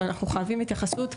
אבל אנחנו חייבים התייחסות.